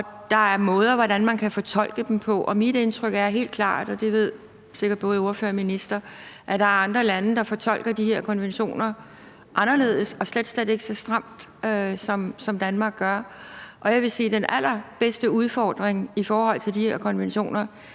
der er måder, man kan fortolke dem på, og mit indtryk er helt klart, og det ved både ordføreren og ministeren sikkert, at der er andre lande, der fortolker de her konventioner anderledes og slet, slet ikke så stramt, som Danmark gør. Og jeg vil sige, at den allerbedste udfordring af de her konventioner